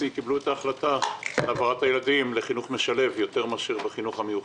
קיבלו את ההחלטה להעברת הילדים לחינוך משלב יותר מאשר לחינוך המיוחד.